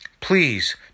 Please